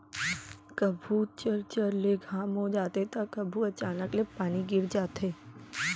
कभू चरचर ले घाम हो जाथे त कभू अचानक ले पानी गिर जाथे